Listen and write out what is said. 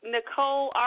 Nicole